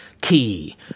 key